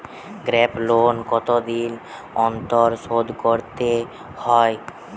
Group loan কতদিন অন্তর শোধকরতে হয়?